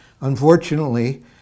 Unfortunately